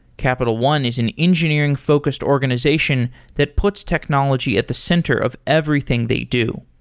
capital one is an engineering-focused organization that puts technology at the center of everything they do.